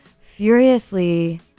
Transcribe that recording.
furiously